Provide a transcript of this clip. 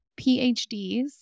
PhDs